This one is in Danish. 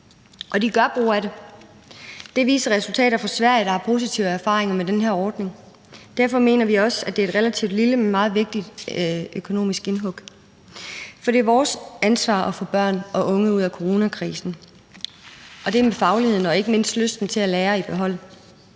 Og de gør brug af det. Det viser resultater fra Sverige, der har positive erfaringer med den her ordning. Derfor mener vi også, at det er et relativt lille, men meget vigtigt økonomisk indhug. For det er vores ansvar at få børn og unge ud af coronakrisen – og det med fagligheden og ikke mindst lysten til at lære i behold.